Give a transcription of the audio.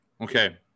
okay